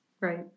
Right